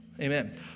Amen